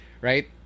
right